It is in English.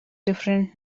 different